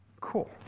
Cool